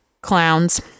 clowns